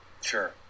Sure